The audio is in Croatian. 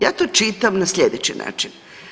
Ja to čitam na slijedeći način.